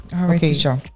okay